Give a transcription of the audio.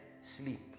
sleep